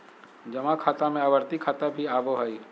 जमा खाता में आवर्ती खाता भी आबो हइ